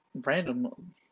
Random